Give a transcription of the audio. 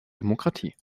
demokratie